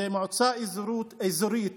המועצה האזורית